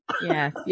Yes